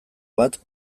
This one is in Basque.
bat